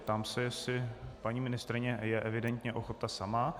Ptám se, jestli paní ministryně je evidentně ochota sama.